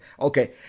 Okay